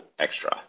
extra